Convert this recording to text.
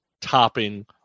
topping